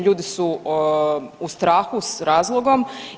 Ljudi su u strahu s razlogom.